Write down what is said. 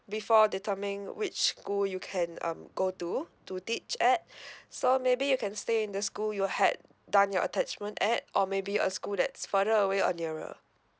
before determining which school you can um go to to teach at so maybe you can stay in the school you had done your attachment at or maybe a school that's further away or nearer